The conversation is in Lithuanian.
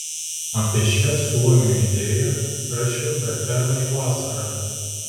apie šią suomių idėją rašiau dar pernai vasarą